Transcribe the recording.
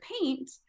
paint